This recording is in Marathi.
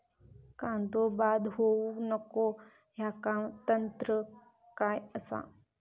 कांदो बाद होऊक नको ह्याका तंत्र काय असा?